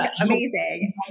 Amazing